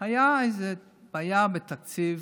הייתה איזו בעיה בתקציב